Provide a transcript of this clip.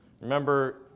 Remember